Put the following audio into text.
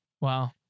Wow